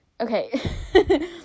Okay